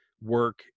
work